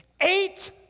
Eight